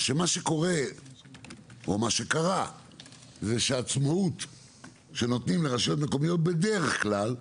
מה שקרה זה שהעצמאות שנותנים לרשויות מקומיות בדרך כלל,